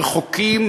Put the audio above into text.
רחוקים,